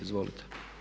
Izvolite.